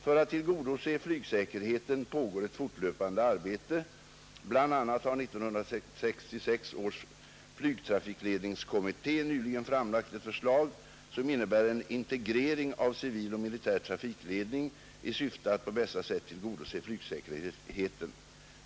För att tillgodose flygsäkerheten pågår ett fortlöpande arbete. Bl. a. har 1966 års flygtrafikledningskommitté nyligen framlagt ett förslag som innebär en integrering av civil och militär trafikledning i syfte att på bästa sätt tillgodose flygsäkerheten.